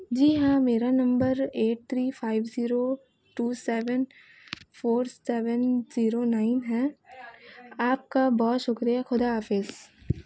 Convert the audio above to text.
جی ہاں میرا نمبر eight three five zero two seven four seven zero nine ہے آپ کا بہت شکریہ خدا حافظ